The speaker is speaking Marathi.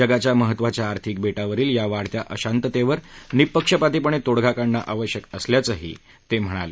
जगाच्या महत्त्वाच्या आर्थिक बेटावरील या वाढत्या अशांततेवर निपक्षपाती तोडगा काढणं आवश्यक असल्याचंही ते म्हणाले